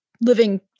living